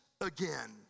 again